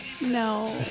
No